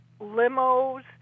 limos